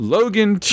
Logan